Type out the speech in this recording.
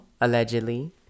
allegedly